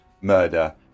murder